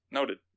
Noted